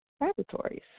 laboratories